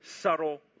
subtle